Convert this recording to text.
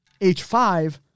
H5